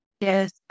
Yes